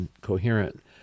coherent